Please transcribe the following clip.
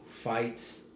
fights